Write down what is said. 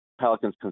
Pelicans